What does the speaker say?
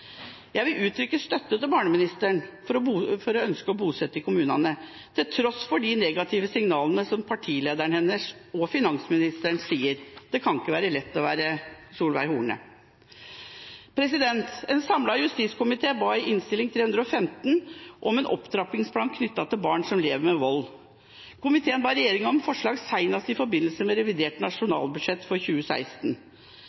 Jeg vil uttrykke støtte til barneministeren for å ønske å bosette i kommunene, til tross for de negative signalene som partilederen hennes, finansministeren, sier. Det kan ikke være lett å være Solveig Horne. En samlet justiskomité ba i Innst. 315 S for 2014–2015 om en opptrappingsplan knyttet til barn som lever med vold. Komiteen ba regjeringa om forslag senest i forbindelse med revidert nasjonalbudsjett for 2016.